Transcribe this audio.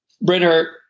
Brenner